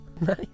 Nice